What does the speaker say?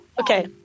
okay